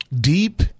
deep